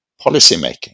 policymaking